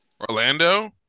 Orlando